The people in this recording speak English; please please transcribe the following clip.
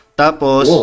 tapos